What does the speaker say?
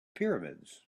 pyramids